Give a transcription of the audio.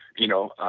you know,